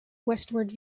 westward